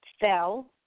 fell